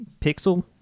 Pixel